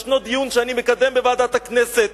ישנו דיון שאני מקדם בוועדת הכנסת